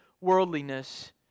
worldliness